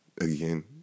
again